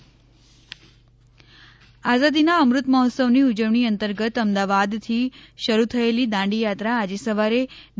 દાંડીયાત્રા આઝાદીના અમૃત મહોત્સવની ઉજવણી અંતર્ગત અમદાવાદથી શરૂ થયેલી દાંડી યાત્રા આજે સવારે ડી